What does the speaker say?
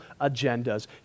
agendas